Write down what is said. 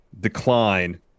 decline